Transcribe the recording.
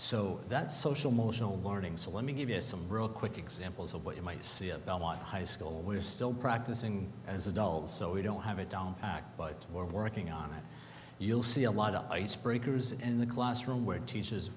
so that's social motional learning so let me give you some real quick examples of what you might see at belmont high school we're still practicing as adults so we don't have it down but we're working on it you'll see a lot of ice breakers in the classroom where teachers